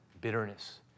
bitterness